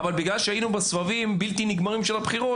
אבל בגלל שהיינו בסבבים בלתי נגמרים של בחירות,